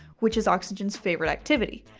which is oxygen's favorite activity.